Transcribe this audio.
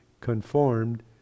conformed